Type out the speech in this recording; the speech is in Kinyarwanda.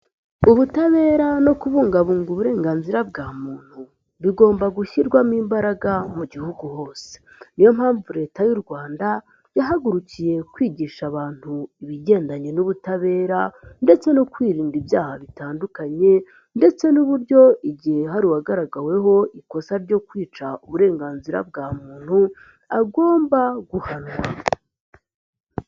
Ubutabera no kubungabunga uburenganzira bwa muntu, bigomba gushyirwamo imbaraga mu gihugu hose. Niyo mpamvu leta y'u Rwanda, yahagurukiye kwigisha abantu ibigendanye n'ubutabera ndetse no kwirinda ibyaha bitandukanye ndetse n'uburyo igihe hari uwagaragaweho ikosa ryo kwica uburenganzira bwa muntu agomba guhanwa.